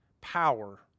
power